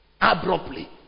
abruptly